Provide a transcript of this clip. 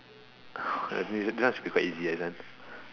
this one is super easy this one